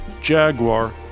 Jaguar